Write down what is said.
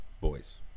boys